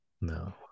no